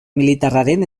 militarraren